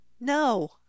No